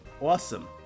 awesome